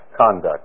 conduct